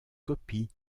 copie